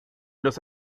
los